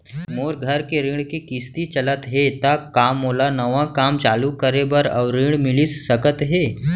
मोर घर के ऋण के किसती चलत हे ता का मोला नवा काम चालू करे बर अऊ ऋण मिलिस सकत हे?